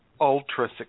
ultra